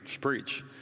preach